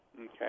Okay